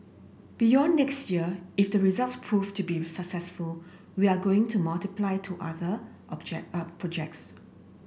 beyond next year if the results proved to be successful we are going to multiply to other object projects